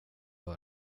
har